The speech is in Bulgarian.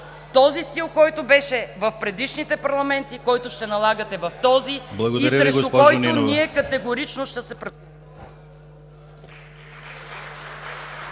Този стил, който беше в предишните парламенти, който ще налагате в този и срещу който ние категорично ще се